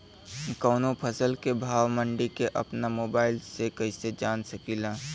कवनो फसल के भाव मंडी के अपना मोबाइल से कइसे जान सकीला?